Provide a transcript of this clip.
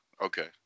okay